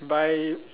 buy